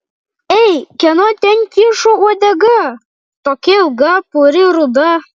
ei kieno ten kyšo uodega tokia ilga puri ruda